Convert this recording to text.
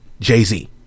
Jay-Z